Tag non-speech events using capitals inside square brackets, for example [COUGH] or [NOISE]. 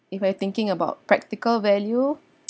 if I thinking about practical value [NOISE]